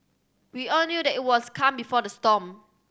we all knew that it was calm before the storm